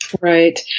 Right